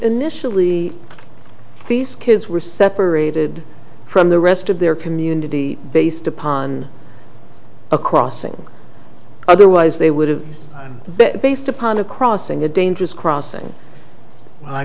initially these kids were separated from the rest of their community based upon a crossing otherwise they would have been based upon a crossing a dangerous crossing i